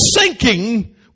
sinking